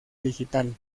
digital